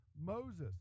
Moses